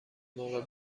موقع